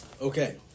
okay